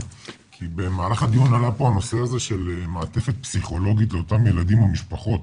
במהלך הדיון עלה הנושא של מעטפת פסיכולוגית לאותם ילדים ומשפחות.